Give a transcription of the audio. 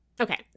Okay